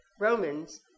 Romans